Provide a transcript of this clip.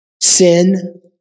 sin